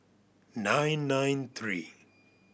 nine nine three